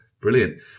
Brilliant